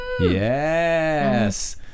Yes